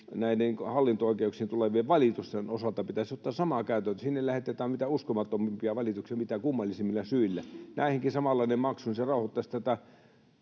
näiden hallinto-oikeuksiin tulevien valitusten osalta otettaisiin sama käytäntö. Sinne lähetetään mitä uskomattomimpia valituksia mitä kummallisimmilla syillä. Kun näihinkin tulisi samanlainen maksu, niin se rauhoittaisi